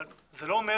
זה לא אומר